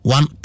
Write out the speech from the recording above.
One